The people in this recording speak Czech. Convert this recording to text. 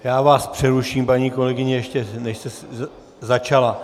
Já vás přeruším, paní kolegyně, ještě než jste začala.